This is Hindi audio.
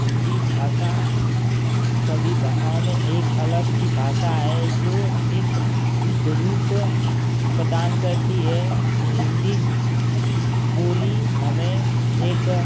हिन्दी भाषा सभी भाषाओं में एक अलग सी भाषा है जो एक शुद्ध रूप प्रदान करती है हिन्दी बोली हमें एक